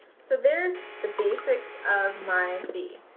so there's the basics of my b.